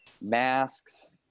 masks